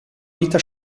vita